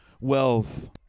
wealth